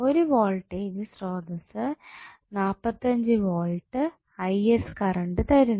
ഒരു വോൾട്ടേജ് സ്രോതസ്സ് 45 volt current തരുന്നു